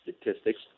statistics